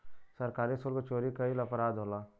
सरकारी सुल्क चोरी कईल अपराध होला